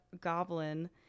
goblin